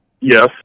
Yes